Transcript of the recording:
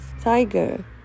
tiger